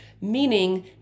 meaning